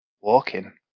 walking